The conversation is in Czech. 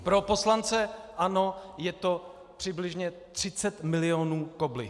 Pro poslance ANO je to přibližně 30 milionů koblih.